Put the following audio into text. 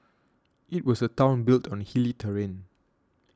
it was a town built on hilly terrain